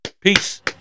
Peace